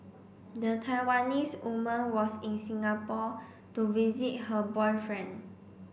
the Taiwanese woman was in Singapore to visit her boyfriend